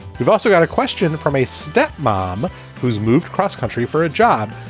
you've also got a question from a step mom who's moved cross-country for a job.